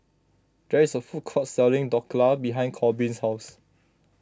there is a food court selling Dhokla behind Korbin's house